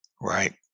Right